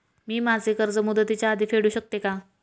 मी माझे कर्ज मुदतीच्या आधी फेडू शकते का?